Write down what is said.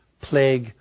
plague